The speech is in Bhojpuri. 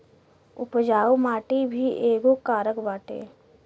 उपजाऊ माटी भी एगो कारक बाटे